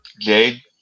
Jade